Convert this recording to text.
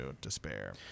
despair